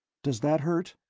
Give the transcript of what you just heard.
does that hurt?